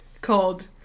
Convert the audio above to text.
called